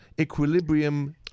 equilibrium